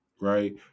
right